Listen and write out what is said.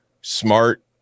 smart